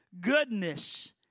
goodness